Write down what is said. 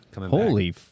Holy